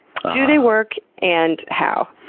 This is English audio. do they work and how?